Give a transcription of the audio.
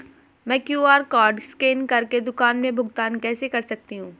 मैं QR code scan कर के दुकान में भुगतान कैसे कर सकती हूँ?